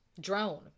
Drone